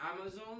Amazon